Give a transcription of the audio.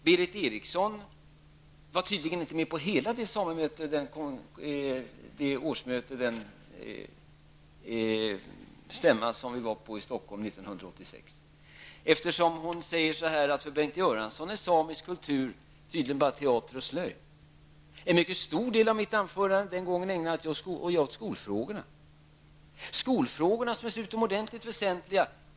Berith Eriksson var tydligen inte med på hela det samemöte som vi deltog i år 1986 i Stockholm, eftersom hon säger att för Bengt Göransson är sameisk kultur tydligen bara teater och slöjd. Jag ägnade en mycket stor del av mitt anförande den gången åt skolfrågorna. Skolfrågorna är utomordentligt väsentliga.